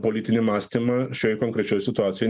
politinį mąstymą šioj konkrečioj situacijoj